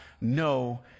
no